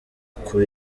uku